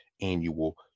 annual